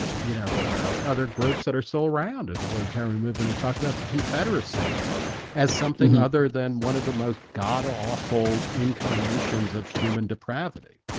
you know, ah other groups that are still around in the libertarian movement who talk about the confederacy as something other than one of the most god-awful incarnations of human depravity.